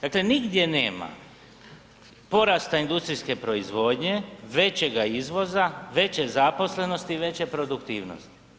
Dakle nigdje nema porasta industrijske proizvodnje, većeg izvoza, veće zaposlenosti, veće produktivnosti.